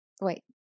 wait